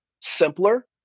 simpler